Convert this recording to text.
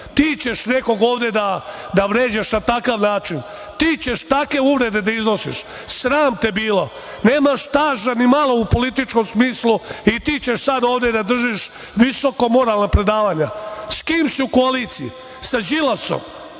ti ćeš nekog ovde da vređaš na takav način, ti ćeš takve uvrede da iznosiš! Sram te bilo! Nemaš staža ni malo u političkom smislu i ti ćeš sad ovde da držiš visokomoralna predavanja. Sa kim si u koaliciji? Sa Đilasom?